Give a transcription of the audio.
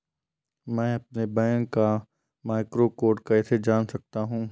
मैं अपने बैंक का मैक्रो कोड कैसे जान सकता हूँ?